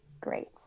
great